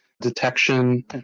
detection